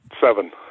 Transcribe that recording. Seven